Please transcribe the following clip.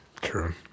True